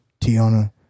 Tiana